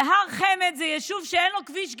הר חמד זה יישוב שאין לו כביש גישה.